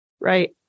Right